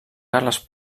carles